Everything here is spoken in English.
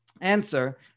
answer